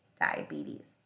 diabetes